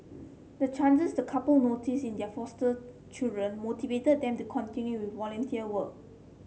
the changes the couple noticed in their foster children motivated them to continue volunteer work